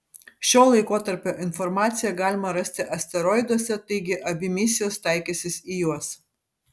šio laikotarpio informaciją galima rasti asteroiduose taigi abi misijos taikysis į juos